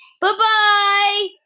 Bye-bye